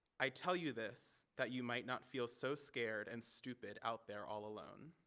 i tell you this that you might not feel so scared and stupid out there all alone.